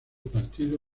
partido